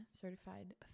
certified